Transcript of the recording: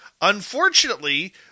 Unfortunately